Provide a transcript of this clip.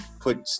put